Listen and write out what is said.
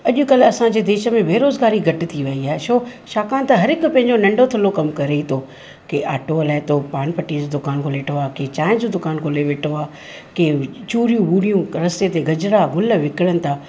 अॼुकल्ह असांजे देश में बेरोज़गारी घटि थी वेई आहे छो छाकाणि त हर हिक पंहिंजो नंढो थुल्हो कमु करे थो कंहिं आटो हलाए थो पान पटीअ जो दुकान खोले वेठो आहे कंहिं चांहि जो दुकान खोले वेठो आहे कंहिं चूड़ियूं वूड़ियूं रस्ते ते गजरा गुल विकिणनि था